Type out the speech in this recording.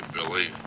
Billy